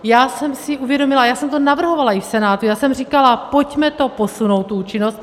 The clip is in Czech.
Já jsem si uvědomila, já jsem to navrhovala i v Senátu, á jsem říkala: pojďme to posunout tu účinnost.